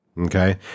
Okay